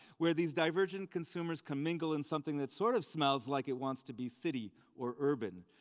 where these divergent consumers can mingle in something that sort of smells like it wants to be city or urban